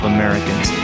Americans